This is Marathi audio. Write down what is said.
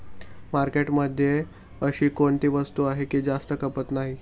मार्केटमध्ये अशी कोणती वस्तू आहे की जास्त खपत नाही?